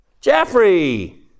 Jeffrey